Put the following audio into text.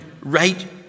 right